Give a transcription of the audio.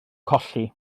colli